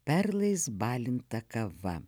perlais balinta kava